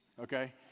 okay